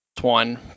one